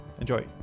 Enjoy